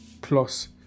plus